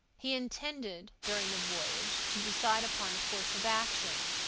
he intended during the voyage to decide upon a course of action,